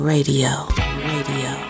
Radio